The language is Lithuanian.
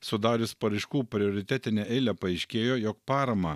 sudarius paraiškų prioritetinę eilę paaiškėjo jog paramą